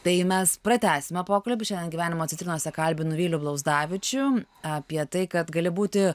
tai mes pratęsime pokalbį šiandien gyvenimo citrinose kalbinu vylių blauzdavičių apie tai kad gali būti